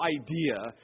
idea